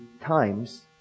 times